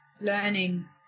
learning